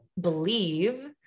believe